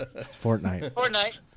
Fortnite